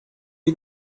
you